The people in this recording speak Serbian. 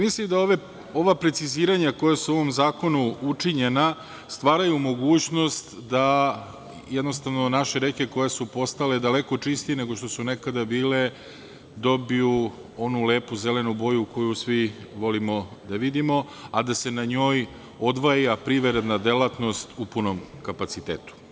Mislim da ova preciziranja koja su u ovom zakonu učinjena stvaraju mogućnost da naše reke koje su postale daleko čistije nego što su nekada bile dobiju onu lepu zelenu boju koju svi volimo da vidimo, a da se na njoj odvija privredna delatnost u punom kapacitetu.